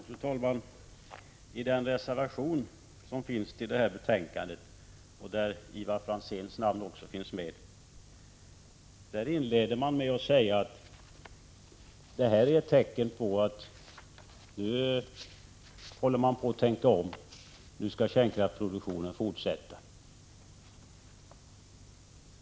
Fru talman! I den reservation 35 som har fogats till betänkandet, och där Ivar Franzéns namn finns med, inleder reservanterna med att säga: Motion 424 är ett tecken på att socialdemokraterna håller på att tänka om — nu skall kärnkraftsproduktionen fortsätta.